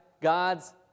God's